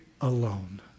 alone